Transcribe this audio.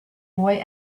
boy